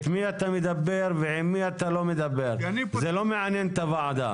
עם מי אתה מדבר ועם מי אתה לא מדבר זה לא מעניין את הוועדה.